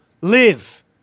live